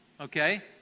Okay